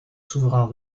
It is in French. souverains